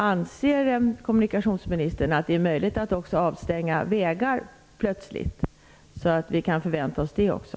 Anser kommunikationsministern att det är möjligt att också avstänga vägar plötsligt? Kan vi förvänta oss det också?